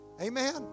Amen